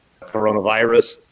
coronavirus